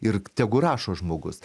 ir tegu rašo žmogus